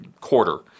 quarter